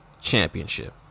championship